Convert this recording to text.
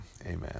Amen